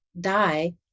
die